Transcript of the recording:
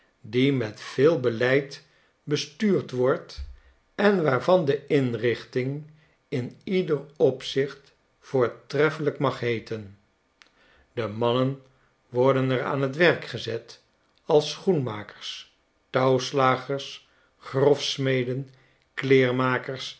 die met veel beleid bestuurd wordt en waarvan de inrichting in ieder opzicht voortreffelijk mag heeten de mannen worden er aan t werk gezet als schoenmakers touwslagers grofsmeden kleermakers